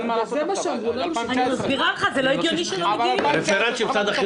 אין מה לעשות עכשיו, זה 2019. הם לא